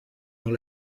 dans